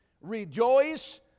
Rejoice